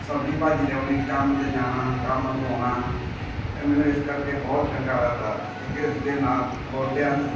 ਸਬਜੀ ਭਾਜੀ ਲਿਆਉਣੀ ਕੰਮ 'ਤੇ ਜਾਣਾ ਕੰਮ ਤੋਂ ਆਉਣਾ ਤੇ ਮੈਨੂੰ ਇਸ ਕਰਕੇ ਬਹੁਤ ਚੰਗਾ ਲੱਗਦਾ ਇਹ ਕਿਸ ਦੇ ਨਾਲ ਗੋਡਿਆਂ ਨੂੰ